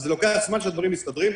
אז לוקח זמן עד שהדברים מסתדרים.